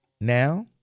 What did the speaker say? now